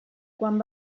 quan